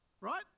right